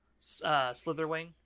Slitherwing